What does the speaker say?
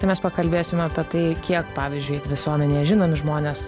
tai mes pakalbėsim apie tai kiek pavyzdžiui visuomenėje žinomi žmonės